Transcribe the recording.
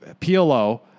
PLO